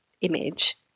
image